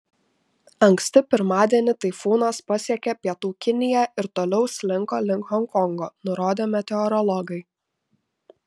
anksti pirmadienį taifūnas pasiekė pietų kiniją ir toliau slinko link honkongo nurodė meteorologai